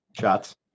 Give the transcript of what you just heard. shots